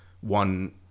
one